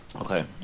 Okay